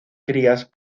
crías